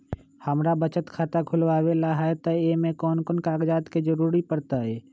हमरा बचत खाता खुलावेला है त ए में कौन कौन कागजात के जरूरी परतई?